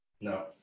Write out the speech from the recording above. No